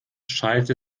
schaltete